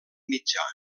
mitjà